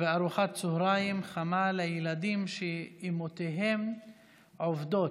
וארוחת צוהריים חמה לילדים שאימהותיהן עובדות,